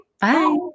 Bye